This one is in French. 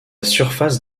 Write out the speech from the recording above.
surface